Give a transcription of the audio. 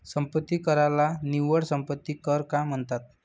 संपत्ती कराला निव्वळ संपत्ती कर का म्हणतात?